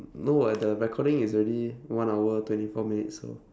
no [what] the recording is already one hour twenty four minutes so